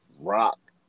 Rock